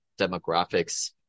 demographics